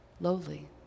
lowly